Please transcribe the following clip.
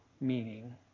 meaning